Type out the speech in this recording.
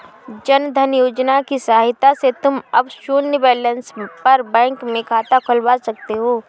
जन धन योजना की सहायता से तुम अब शून्य बैलेंस पर बैंक में खाता खुलवा सकते हो